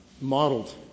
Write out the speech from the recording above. modeled